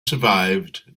survived